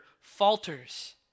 falters